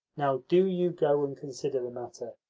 now, do you go and consider the matter,